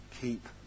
Keep